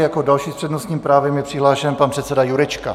Jako další s přednostním právem je přihlášen pan předseda Jurečka.